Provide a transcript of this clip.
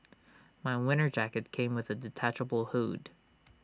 my winter jacket came with A detachable hood